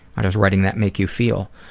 how does writing that make you feel?